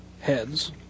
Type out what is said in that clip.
heads